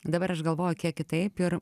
dabar aš galvoju kiek kitaip ir